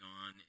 on